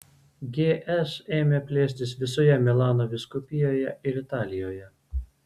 gs ėmė plėstis visoje milano vyskupijoje ir italijoje